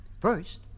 first